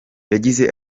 yagize